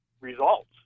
results